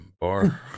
bar